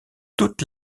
toute